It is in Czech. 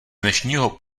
dnešního